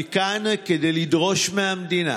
אני כאן כדי לדרוש מהמדינה